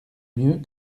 mieux